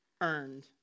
earned